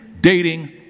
dating